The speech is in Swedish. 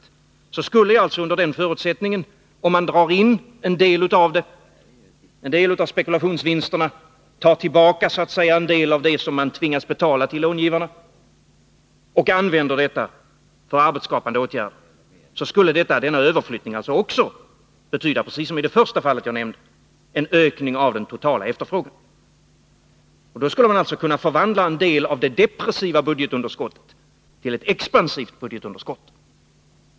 Och om man då drar in en del av spekulationsvinsterna — så att säga tar tillbaka en del av det som man tvingas betala till långivarna och använder detta för arbetsskapande åtgärder — skulle denna överflyttning, precis som i det första fallet jag nämnde, betyda en ökning av den totala efterfrågan. Då skulle man kunna förvandla en del av det depressiva budgetunderskottet till ett expansivt budgetunderskott.